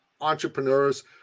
entrepreneurs